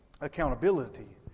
accountability